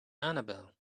annabelle